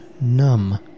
numb